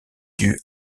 due